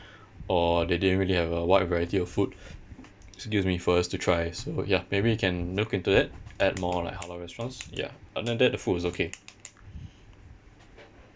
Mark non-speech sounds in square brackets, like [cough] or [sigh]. [breath] or they didn't really have a wide variety of food excuse me for us to try so ya maybe you can look into it add more like halal restaurants ya other than that the food was okay [breath]